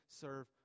serve